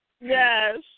Yes